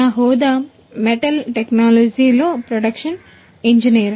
నా హోదాలో production engineer